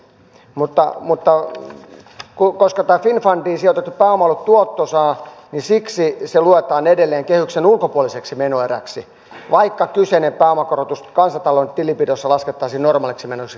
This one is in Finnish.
mutta koska tämä finnfundiin sijoitettu pääoma on ollut tuottoisaa niin siksi se luetaan edelleen kehyksen ulkopuoliseksi menoeräksi vaikka kyseinen pääomakorotus kansantalouden tilinpidossa laskettaisiin normaaliksi menoksi